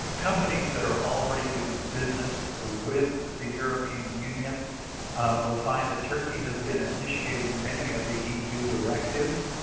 companies that are already doing business ah with the european union will find that turkey has been initiating many of the eu directives.